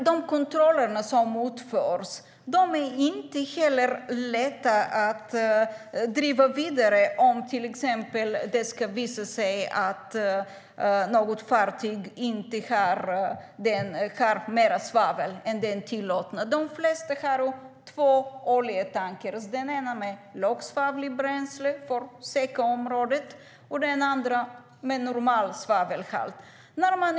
De kontroller som utförs är inte heller lätta att driva vidare om det till exempel skulle visa sig att något fartyg har mer svavel än vad som är tillåtet. De flesta har två oljetankrar, den ena med lågsvavligt bränsle för Secaområdet och den andra med normal svavelhalt i bränslet.